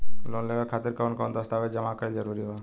Loan लेवे खातिर कवन कवन दस्तावेज जमा कइल जरूरी बा?